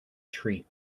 tree